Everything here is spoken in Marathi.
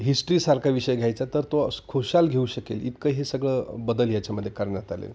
हिस्ट्रीसारखा विषय घ्यायचा तर तो स खुशाल घेऊ शकेल इतकं हे सगळं बदल याच्यामध्ये कारण्यात आले